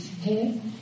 Okay